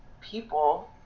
people